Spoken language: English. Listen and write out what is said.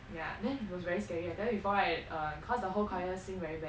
yeah then he was very scary I tell you before right err cause the whole choirs sing very bad